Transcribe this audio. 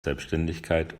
selbständigkeit